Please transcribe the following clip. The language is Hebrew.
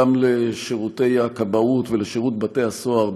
גם לשירותי הכבאות ולשירות בתי הסוהר.